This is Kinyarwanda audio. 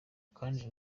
kandi